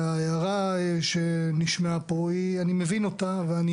וההערה שנשמעה פה אני מבין אותה ואני